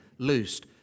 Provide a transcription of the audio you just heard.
Loosed